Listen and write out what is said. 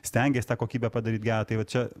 stengės tą kokybę padaryt gerą tai va čia